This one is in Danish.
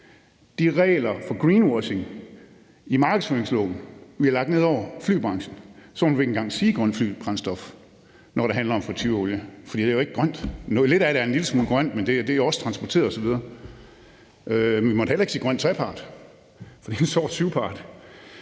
de regler for greenwashing i markedsføringsloven, som vi har lagt ned over flybranchen, så måtte vi ikke engang sige grønt brændstof, når det handler om fritureolie, for det er jo ikke grønt. Jo, noget af det er en lille smule grønt, men det er jo også transporteret osv. Vi måtte heller ikke sige grøn trepart – for det er en sort syvpart.